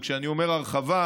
וכשאני אומר הרחבה,